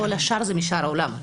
כל השאר זה משאר העולם,